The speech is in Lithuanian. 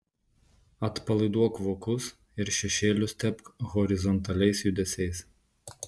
atpalaiduok vokus ir šešėlius tepk horizontaliais judesiais